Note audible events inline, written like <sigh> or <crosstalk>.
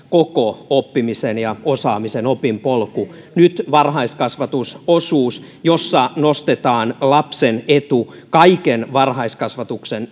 <unintelligible> koko oppimisen ja osaamisen opinpolku nyt varhaiskasvatusosuus jossa nostetaan lapsen etu kaiken varhaiskasvatuksen <unintelligible>